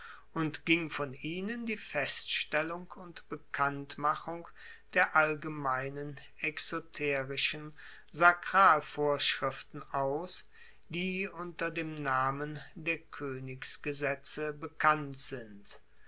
und ging von ihnen die feststellung und bekanntmachung der allgemeinen exoterischen sakralvorschriften aus die unter dem namen der koenigsgesetze bekannt sind